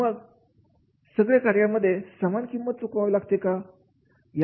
मग सगळ कार्यामध्ये समान किंमत चुकवावी लागते का